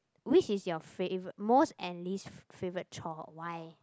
which is your favourite most and least favourite chore why